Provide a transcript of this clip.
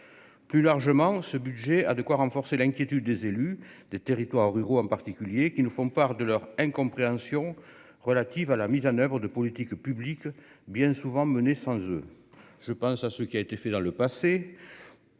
plus largement, ce budget a de quoi renforcer l'inquiétude des élus des territoires ruraux en particulier qui ne font part de leur incompréhension relative à la mise en oeuvre de politiques publiques bien souvent mené sans eux, je pense à ce qui a été fait dans le passé